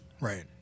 Right